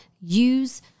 Use